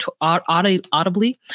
audibly